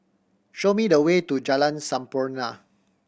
show me the way to Jalan Sampurna